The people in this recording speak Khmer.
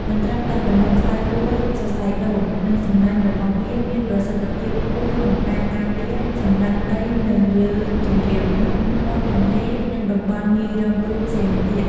មិនត្រឹមតែប៉ុណ្ណោះខ្សែពួរសរសៃដូង និងសំណាញ់របស់វាមានប្រសិទ្ធភាពខ្ពស់ក្នុងការការពារសំណឹកដីនៅលើជម្រាលភ្នំ មាត់ទន្លេ និងតំបន់ងាយរងគ្រោះផ្សេងទៀត។